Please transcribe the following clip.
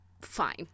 fine